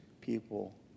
people